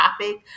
topic